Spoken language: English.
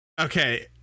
Okay